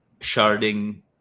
sharding